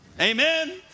Amen